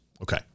Okay